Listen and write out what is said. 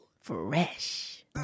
fresh